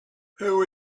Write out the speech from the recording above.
who